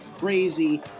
crazy